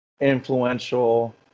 influential